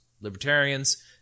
libertarians